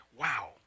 Wow